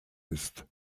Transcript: ist